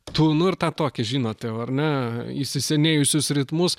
tu nu ir tą tokį žinot jau ar ne įsisenėjusius ritmus